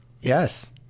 Yes